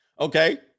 Okay